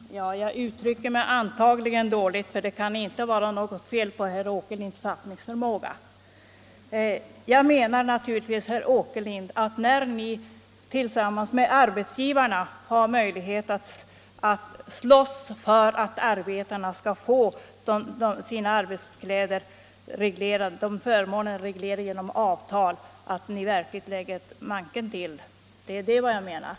Fru talman! Jag uttryckte mig antagligen dåligt, för det kan ju inte vara något fel på herr Åkerlinds fattningsförmåga. Jag menar naturligtvis, herr Åkerlind, att jag hoppas att ni verkligen lägger manken till när ni tillsammans med arbetsgivarna har möjlighet att slåss för att arbetarna skall få förmånen av fria arbetskläder reglerad genom avtal.